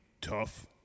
tough